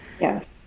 Yes